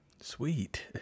sweet